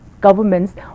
government's